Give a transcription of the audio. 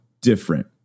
different